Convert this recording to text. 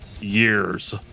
years